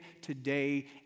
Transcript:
today